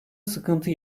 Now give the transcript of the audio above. sıkıntı